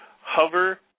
Hover